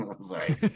Sorry